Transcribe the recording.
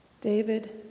David